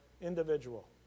individual